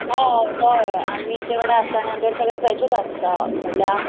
हय हय आमचे कडेन आसता आनी आमचे सगळे फ्रेशूच आसता म्हळ्यार